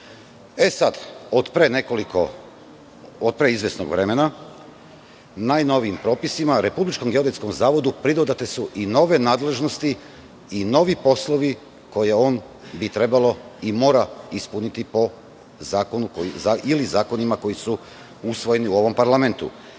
geodetski zavod. Pre izvesnog vremena, najnovijim propisima, Republičkom geodetskom zavodu pridodate su i nove nadležnosti i novi poslovi koje bi on trebalo i mora ispuniti, po zakonima koji su usvojeni u ovom parlamentu.